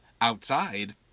outside